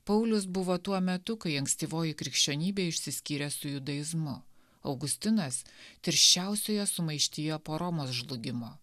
paulius buvo tuo metu kai ankstyvoji krikščionybė išsiskyrė su judaizmu augustinas tirščiausioje sumaištyje po romos žlugimo